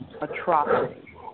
atrocity